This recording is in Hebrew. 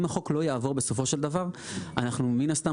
אם החוק לא יעבור בסופו של דבר אנחנו מן הסתם